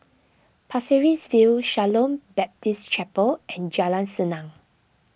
Pasir Ris View Shalom Baptist Chapel and Jalan Senang